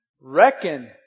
reckon